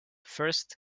first